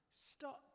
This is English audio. stop